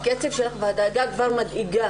--- הקצב של --- כבר מדאיגה.